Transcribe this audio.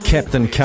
Captain